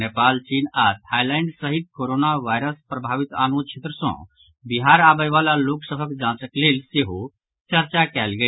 नेपाल चीन आओर थाईलैंड सहित कोरोना वायरस प्रभावित आनो क्षेत्र सँ बिहार आबयवाला लोक सभक जांचक लेल सेहो चर्चा कएल गेल